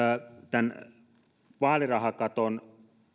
tämän vaalirahakaton